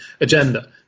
agenda